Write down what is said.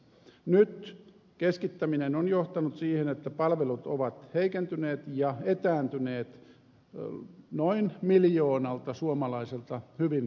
nyt keskittäminen on johtanut siihen että palvelut ovat heikentyneet ja etääntyneet noin miljoonalta suomalaiselta hyvin kauas